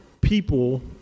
people